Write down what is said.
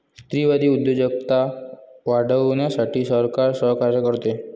स्त्रीवादी उद्योजकता वाढवण्यासाठी सरकार सहकार्य करते